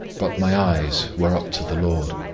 but my eyes were up to the lord.